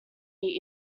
eat